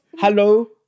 Hello